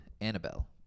Annabelle